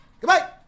Goodbye